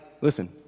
listen